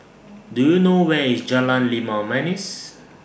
Do YOU know Where IS Jalan Limau Manis